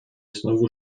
znowu